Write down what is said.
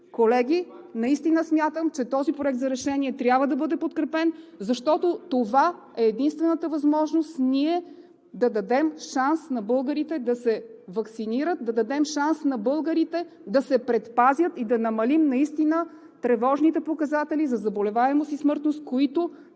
Колеги, наистина смятам, че този проект на решение трябва да бъде подкрепен, защото това е единствената възможност ние да дадем шанс на българите да се ваксинират, да дадем шанс на българите да се предпазят и да намалим наистина тревожните показатели за заболеваемост и смъртност, които